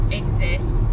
exist